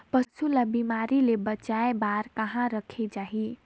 पशु ला बिमारी ले बचाय बार कहा रखे चाही?